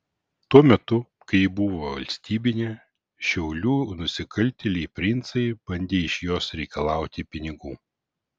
tuo metu kai ji buvo valstybinė šiaulių nusikaltėliai princai bandė iš jos reikalauti pinigų